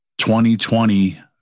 2020